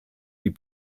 die